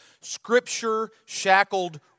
Scripture-shackled